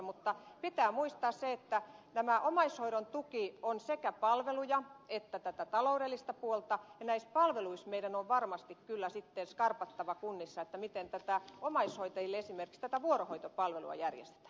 mutta pitää muistaa se että tämä omaishoidon tuki on sekä palveluja että tätä taloudellista puolta ja näissä palveluissa meidän on varmasti kyllä sitten skarpattava kunnissa miten omaishoitajille esimerkiksi tätä vuorohoitopalvelua järjestetään